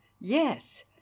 yes